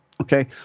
Okay